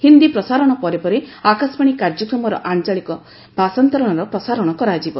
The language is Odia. ହିନ୍ଦୀ ପ୍ରସାରଣ ପରେ ପରେ ଆକାଶବାଣୀ କାର୍ଯ୍ୟକ୍ରମର ଆଞ୍ଚଳିକ ଭାଷାନ୍ତରଣର ପ୍ରସାରଣ କରିବ